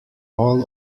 all